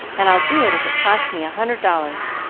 and i'll do it if it costs me a hundred dollars.